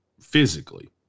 physically